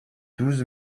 douze